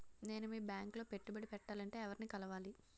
నేను మీ బ్యాంక్ లో పెట్టుబడి పెట్టాలంటే ఎవరిని కలవాలి?